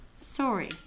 sorry